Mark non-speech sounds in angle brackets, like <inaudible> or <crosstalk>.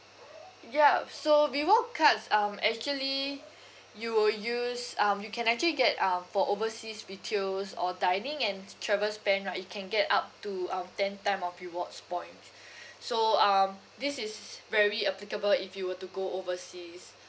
ya so reward cards um actually <breath> you will use um you can actually get um for overseas retails or dining and t~ travel spend right you can get up to um ten time of rewards point <breath> so um this is very applicable if you were to go overseas